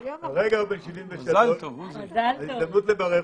אמרת שאתה מראה לבן שלך איך שנִרְאֲתָה מערת המכפלה,